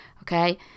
Okay